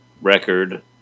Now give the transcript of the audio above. record